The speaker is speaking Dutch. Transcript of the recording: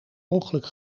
ongeluk